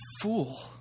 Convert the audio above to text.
fool